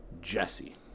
Jesse